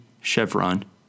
Chevron